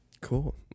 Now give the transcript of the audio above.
Cool